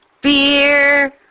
beer